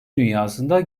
dünyasında